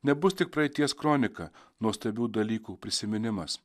nebus tik praeities kronika nuostabių dalykų prisiminimas